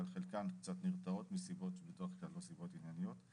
אבל חלקן קצת נרתעות לא מסיבות ענייניות.